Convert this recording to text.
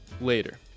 Later